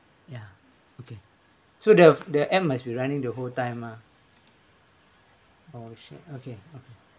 ya okay so the the app must be running the whole time lah oh shit okay okay